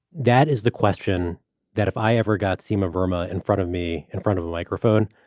that is the question that if i ever got seyma burma in front of me, in front of a microphone,